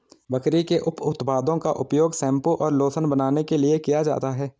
बकरी के उप उत्पादों का उपयोग शैंपू और लोशन बनाने के लिए किया जाता है